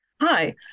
Hi